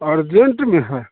urgent में है